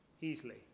easily